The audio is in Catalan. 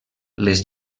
les